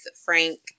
Frank